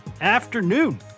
afternoon